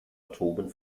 atomen